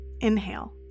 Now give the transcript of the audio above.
Inhale